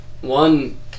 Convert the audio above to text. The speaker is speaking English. one